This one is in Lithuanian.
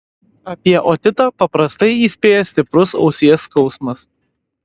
apie otitą paprastai įspėja stiprus ausies skausmas